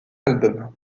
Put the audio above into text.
albums